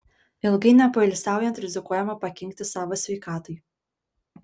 ilgai nepoilsiaujant rizikuojama pakenkti savo sveikatai